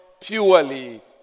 purely